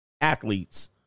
athletes